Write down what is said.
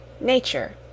Nature